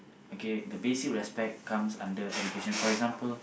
okay the basic respect comes under education for example